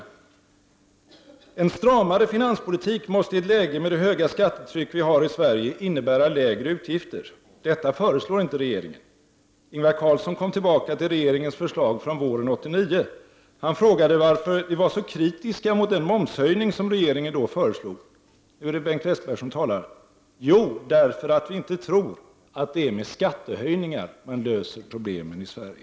Han yttrade: En stramare finanspolitik måste i ett läge med det höga skattetryck vi har i Sverige innebära lägre utgifter. Detta föreslår inte regeringen. Ingvar Carlsson kom tillbaka till regeringens förslag från våren 1989. Han frågade varför vi var så kritiska mot den momshöjning som regeringen då föreslog. Och nu är det Bengt Westerberg som talar: Jo, därför att vi inte tror att det är med skattehöjningar som man löser problemen i Sverige.